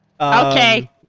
okay